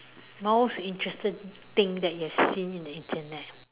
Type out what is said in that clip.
most interesting thing that you have seen in the Internet